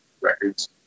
records